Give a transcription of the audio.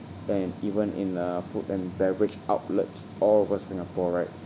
and even in a food and beverage outlets all over singapore right